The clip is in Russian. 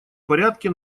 порядке